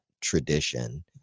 tradition